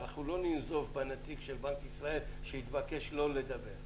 אנחנו לא ננזוף בנציג של בנק ישראל שהתבקש לא לדבר בדיון.